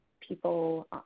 people